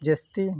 ᱡᱟᱹᱥᱛᱤ